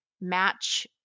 match